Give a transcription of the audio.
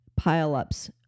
pileups